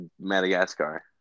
Madagascar